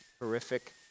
horrific